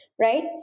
right